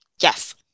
yes